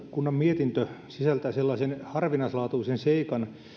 viestintävaliokunnan mietintö sisältää sellaisen harvinaislaatuisen seikan